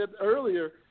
earlier